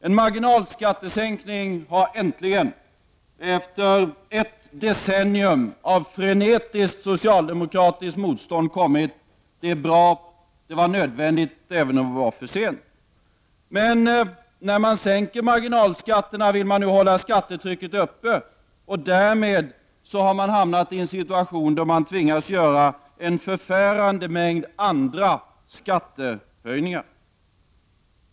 En marginalskattesänkning har äntligen, efter ett decennium av frenetiskt socialdemokratiskt motstånd, kommit till stånd. Det är bra och det var nödvändigt, även om det var för sent. Men medan man sänker marginalskatterna vill man ändå hålla skattetrycket uppe, och därmed hamnar man i en situation då man tvingas göra en förfärande mängd andra skattehöjningar.